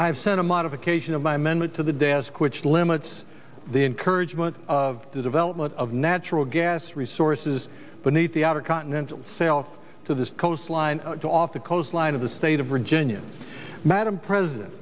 i've sent a modification of my men went to the desk which limits the encouragement of the development of natural gas resources but need the outer continental self to this coastline to off the coastline of the state of virginia madam president